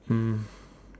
um